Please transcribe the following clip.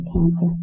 cancer